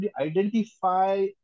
identify